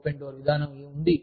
open door విధానం ఉంది